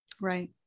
Right